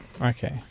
Okay